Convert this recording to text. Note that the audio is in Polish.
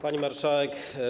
Pani Marszałek!